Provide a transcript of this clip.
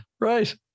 right